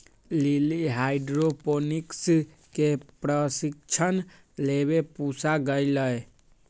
lily hydroponics के प्रशिक्षण लेवे पूसा गईलय